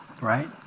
right